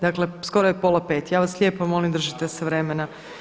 Dakle, skoro je pola 5. Ja vas lijepo molim držite se vremena.